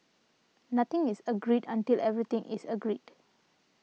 nothing is agreed until everything is agreed